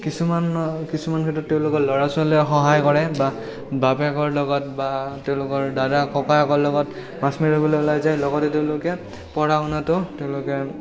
কিছুমান ক্ষেত্ৰত তেওঁলোকৰ ল'ৰা ছোৱালীয়ে সহায় কৰে বা বাপেকৰ লগত বা তেওঁলোকৰ দাদা ককাকৰ লগত মাছ মাৰিবলৈ ওলাই যায় লগতে তেওঁলোকে পঢ়া শুনাতো তেওঁলোকে